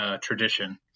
tradition